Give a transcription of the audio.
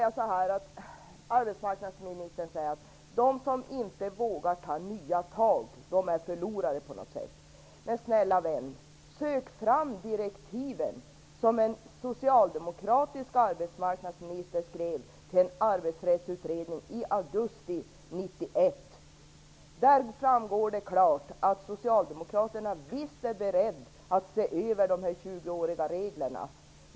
Arbetsmarknadsministern säger att de som inte vågar ta nya tag är förlorare på något sätt. Men snälla vän, sök fram de direktiv som en socialdemokratisk arbetsmarknadsminister skrev till en arbetsrättsutredning i augusti 1991! Där framgår det klart att Socialdemokraterna visst är beredda att se över dessa tjugoåriga regler.